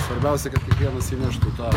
svarbiausia kad kiekvienas įneštų tą